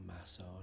massage